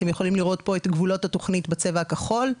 אתם יכולים לראות פה את גבולות התוכנית בצבע הכחול.